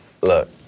look